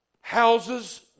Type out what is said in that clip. Houses